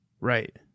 Right